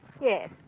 yes